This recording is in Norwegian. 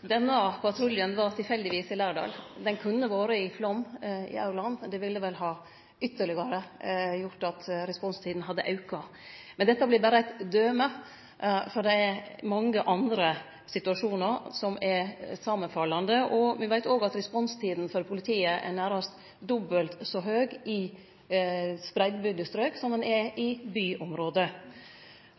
Denne patruljen var tilfeldigvis i Lærdal. Den kunne ha vore i Flåm, i Aurland. Det ville ha gjort at responstida hadde auka ytterlegare. Dette er berre eit døme, for det er mange andre situasjonar som er samanfallande. Me veit òg at responstida til politiet nærast er dobbelt så høg i spreidd bygde strok som ho er i byområde.